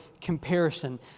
comparison